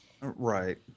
Right